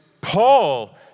Paul